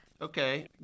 Okay